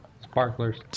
sparklers